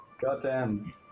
goddamn